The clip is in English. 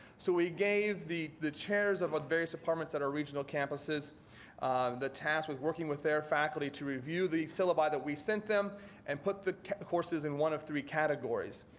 so we gave the the chairs of the various departments at our regional campuses the task with working with their faculty to review the syllabi that we sent them and put the the courses in one of three categories.